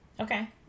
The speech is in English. Okay